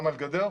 למה לגדר?